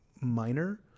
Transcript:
minor